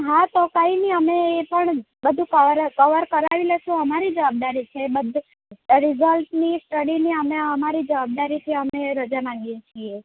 હાં તો કંઈ નહીં અમે એ પણ બધું કવર કવર કરાવી લઈશું અમારી જવાબદારી છે બધુ જ રિઝલ્ટની સ્ટડીની અમે અમારી જવાબદારીથી અમે રજા માંગીએ છીએ